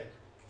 כן.